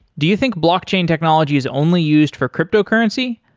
do you think blockchain technology is only used for cryptocurrency?